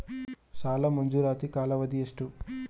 ಸಾಲ ಮಂಜೂರಾತಿ ಕಾಲಾವಧಿ ಎಷ್ಟು?